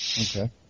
Okay